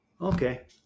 Okay